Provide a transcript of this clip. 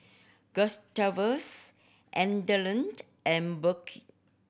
Gustavus Adelard and Burke